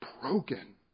broken